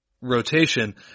rotation